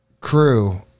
crew